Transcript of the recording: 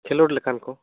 ᱠᱷᱮᱞᱳᱰ ᱞᱮᱠᱟᱱ ᱠᱚ